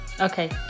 Okay